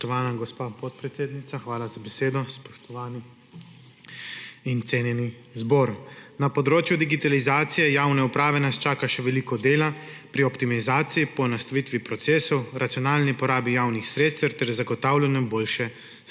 hvala za besedo. Spoštovani in cenjeni zbor! Na področju digitalizacije javne uprave nas čaka še veliko dela pri optimizaciji, poenostavitvi procesov, racionalni porabi javnih sredstev ter zagotavljanju boljše storitve.